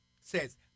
says